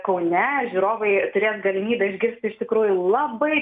kaune žiūrovai turės galimybę išgirst iš tikrųjų labai